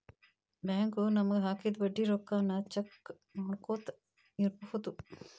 bank ನಮಗ ಹಾಕಿದ ಬಡ್ಡಿ ರೊಕ್ಕಾನ ಚೆಕ್ ಮಾಡ್ಕೊತ್ ಇರ್ಬೊದು